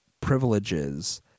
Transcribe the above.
privileges